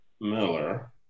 Miller